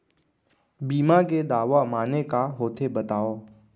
बीमा के दावा माने का होथे बतावव?